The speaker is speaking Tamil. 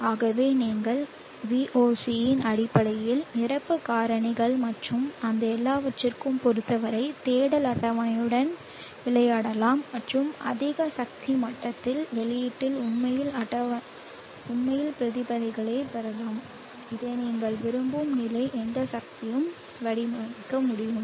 ஆகவே நீங்கள் voc ன் அடிப்படையில் நிரப்பு காரணிகள் மற்றும் அந்த எல்லாவற்றையும் பொறுத்தவரை தேடல் அட்டவணையுடன் விளையாடலாம் மற்றும் அதிக சக்தி மட்டத்தில் வெளியீட்டில் உண்மையில் பிரதிகளைப் பெறலாம் இதை நீங்கள் விரும்பும் நிலை எந்த சக்திக்கும் வடிவமைக்க முடியும்